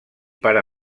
pare